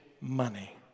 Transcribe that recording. money